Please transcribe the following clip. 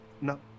no